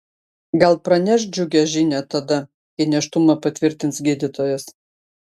gal praneš džiugią žinią tada kai nėštumą patvirtins gydytojas